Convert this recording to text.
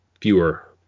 fewer